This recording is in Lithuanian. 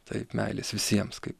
taip meilės visiems kaip